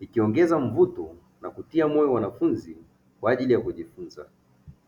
ikiongeza mvuto na kutia moyo wanafunzi kwa ajili ya kujifunza.